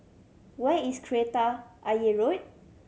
where is Kreta Ayer Road